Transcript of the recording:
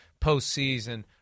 postseason